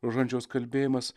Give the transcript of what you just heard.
rožančiaus kalbėjimas